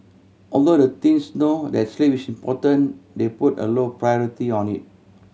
although the teens know that sleep is important they put a low priority on it